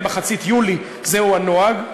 עד מחצית יולי זהו הנוהג,